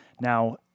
Now